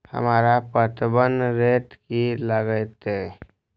हमरा पटवन रेट की लागते?